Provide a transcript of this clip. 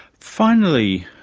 finally,